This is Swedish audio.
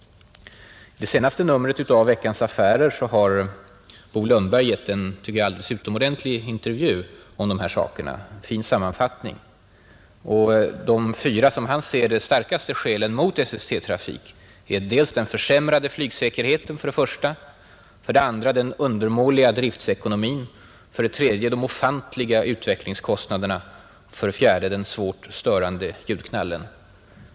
I senaste numret av Veckans affärer har Bo Lundberg givit en, tycker jag, alldeles utomordentlig intervju om dessa saker. Där gör han en fin sammanfattning av de fyra starkaste skälen mot SST-trafik: 2. Den undermåliga driftsekonomin. 3. De ofantliga utvecklingskostnaderna. 4, Den svårt störande ljudknallen.